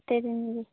ᱯᱚᱛᱤ ᱫᱤᱱ ᱜᱮ